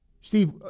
Steve